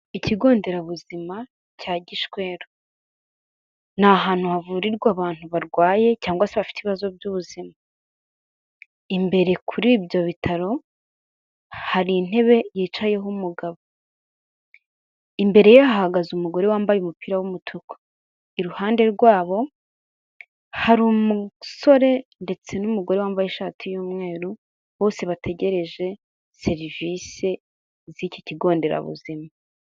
Ikigo nderabuzima cya Gishweru. Ni ahantu havurirwa abantu barwaye cyangwa se bafite ibibazo by'ubuzima, imbere kuri ibyo bitaro hari intebe yicayeho umugabo, imbere ye hahagaze umugore wa umupira w'umutuku, iruhande rwabo hari umusore ndetse n'umugore wambaye ishati y'umweru, bose bategereje serivise z'iki kigo nderabuzima.